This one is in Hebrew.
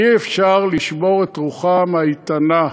אי-אפשר לשבור את רוחם האיתנה,